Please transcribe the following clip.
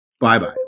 bye-bye